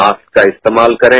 mask का इस्तेमाल करें